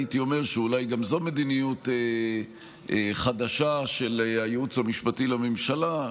הייתי גם אומר שאולי זו מדיניות חדשה של הייעוץ המשפטי לממשלה,